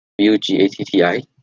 Bugatti